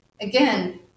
Again